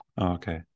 Okay